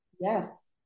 Yes